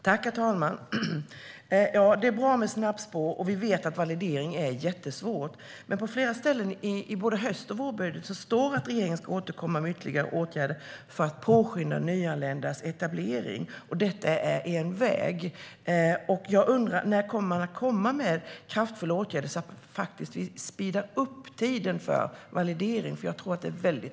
Herr talman! Det är bra med snabbspår, och vi vet att validering är svårt. På flera ställen i både höst och vårbudget står det att regeringen ska återkomma med ytterligare åtgärder för att påskynda nyanländas etablering. Detta är en väg. När kommer mer kraftfulla åtgärder så att tiden för validering speedas upp? Det är angeläget.